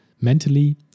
Mentally